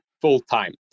full-time